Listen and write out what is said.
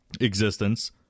existence